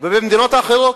ובמדינות אחרות.